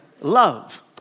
Love